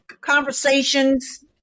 conversations